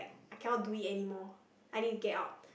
I cannot do it anymore I need to get out